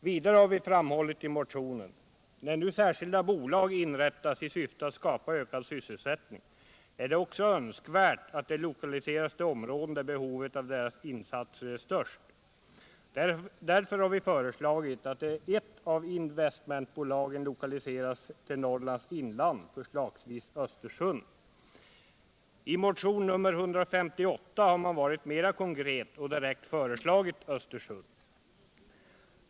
Vidare har vi i motionen framhållit att det när nu särskilda bolag inrättas i syfte att skapa ökad sysselsättning också är önskvärt att de lokaliseras till områden där behovet av deras insatser är störst. Därför har vi föreslagit att ett av investmentbolagen lokaliseras till Norrlands inland, förslagsvis Östersund. I motionen 158 har man varit mera konkret och direkt föreslagit Östersund.